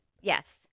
Yes